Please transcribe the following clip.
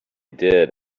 did